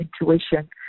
intuition